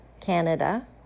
Canada